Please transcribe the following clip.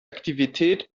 aktivität